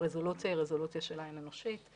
שהרזולוציה היא רזולוציה של עין אנושית,